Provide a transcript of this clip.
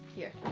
here